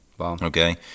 okay